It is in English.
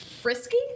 Frisky